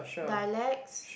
dialects